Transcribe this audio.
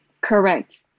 Correct